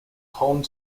home